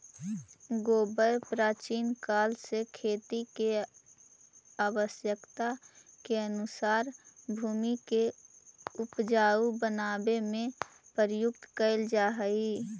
गोबर प्राचीन काल से खेती के आवश्यकता के अनुसार भूमि के ऊपजाऊ बनावे में प्रयुक्त कैल जा हई